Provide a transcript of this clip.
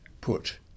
put